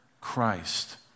Christ